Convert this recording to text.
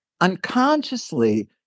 unconsciously